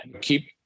keep